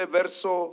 verso